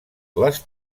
les